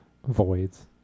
Voids